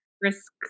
risk